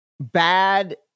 bad